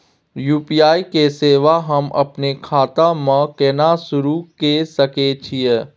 UPI के सेवा हम अपने खाता म केना सुरू के सके छियै?